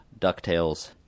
DuckTales